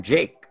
Jake